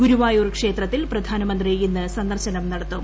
ഗുരുവായൂർ ക്ഷേത്രത്തിൽ പ്രധാനമന്ത്രി ഇന്ന് സന്ദർശനം നടത്തും